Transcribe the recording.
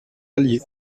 allier